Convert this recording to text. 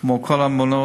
כמו כל המעונות,